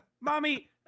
mommy